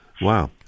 Wow